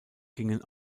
gingen